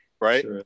right